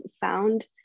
found